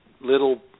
little